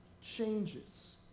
changes